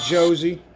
Josie